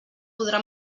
podrà